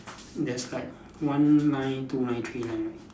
there's like one line two line three line right